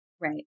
Right